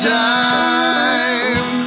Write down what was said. time